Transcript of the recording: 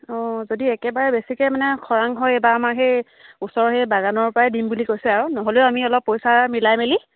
অঁ যদি একেবাৰে বেছিকৈ মানে খৰাং হয় বা আমাৰ সেই ওচৰৰ সেই বাগানৰ পৰাই দিম বুলি কৈছে আৰু নহ'লেও আমি অলপ পইচা মিলাই মেলি